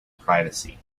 privacy